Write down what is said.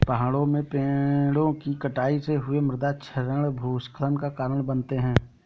पहाड़ों में पेड़ों कि कटाई से हुए मृदा क्षरण भूस्खलन का कारण बनते हैं